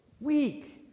weak